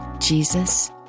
Jesus